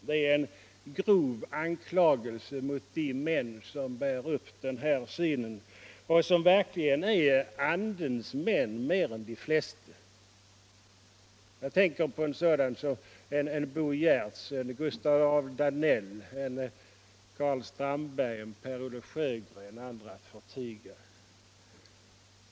Det är en grov anklagelse mot de män som bär upp den här synen och som verkligen är andens män mer än de flesta. Jag tänker på Bo Giertz, Gustaf Adolf Danell, Carl Strandberg och Per-Olof Sjögren, andra att förtiga.